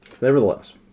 Nevertheless